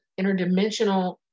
interdimensional